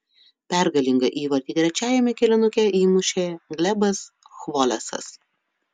pergalingą įvartį trečiajame kėlinuke įmušė glebas chvolesas